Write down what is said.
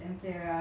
!huh!